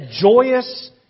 joyous